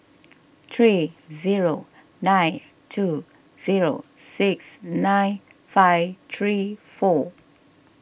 three zero nine two zero six nine five three four